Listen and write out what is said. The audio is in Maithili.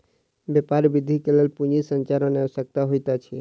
व्यापार वृद्धिक लेल पूंजी संरचना आवश्यक होइत अछि